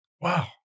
Wow